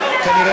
כנראה,